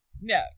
No